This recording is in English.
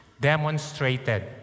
demonstrated